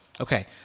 Okay